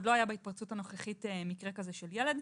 עוד לא היה בהתפרצות הנוכחית מקרה כזה של ילד.